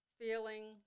feeling